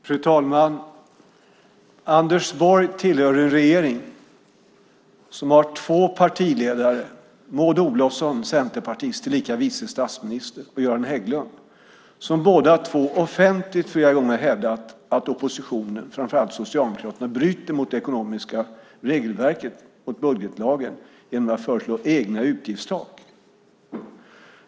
Fru talman! Anders Borg tillhör en regering som har två partiledare, Maud Olofsson, centerpartist, tillika vice statsminister, och Göran Hägglund, som båda två offentligt flera gånger har hävdat att oppositionen, framför allt Socialdemokraterna, bryter mot det ekonomiska regelverket, mot budgetlagen, genom att föreslå egna utgiftstak.